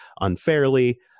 unfairly